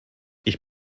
ich